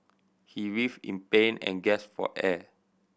he writhed in pain and gas for air